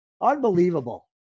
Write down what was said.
Unbelievable